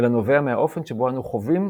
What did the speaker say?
אלא נובע מהאופן שבו אנו חווים